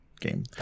game